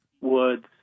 Woods